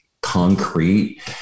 concrete